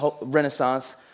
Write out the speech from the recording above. Renaissance